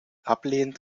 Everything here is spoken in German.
ablehnend